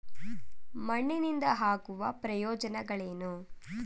ಮಣ್ಣಿನಿಂದ ಆಗುವ ಪ್ರಯೋಜನಗಳೇನು?